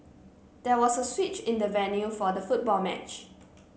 there was a switch in the venue for the football match